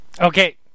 Okay